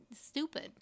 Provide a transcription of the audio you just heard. stupid